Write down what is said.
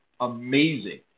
amazing